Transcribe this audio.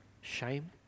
shame